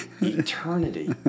eternity